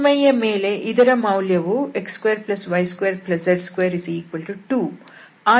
ಮೇಲ್ಮೈಯ ಮೇಲೆ ಇದರ ಮೌಲ್ಯವು x2y2z22